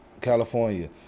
california